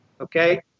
okay